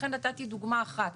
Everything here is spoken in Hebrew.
לכן נתתי דוגמה אחת,